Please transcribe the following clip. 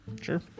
Sure